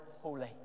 holy